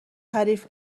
تعریف